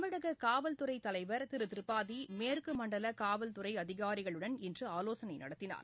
தமிழககாவல்துறைதலைவர் திருதிரிபாதிமேற்குமண்டலகாவல்துறைஅதிகாரிகளுடன் இன்றுஆலோசனைநடத்தினார்